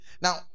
Now